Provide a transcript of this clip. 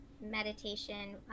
meditation